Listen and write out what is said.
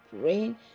praying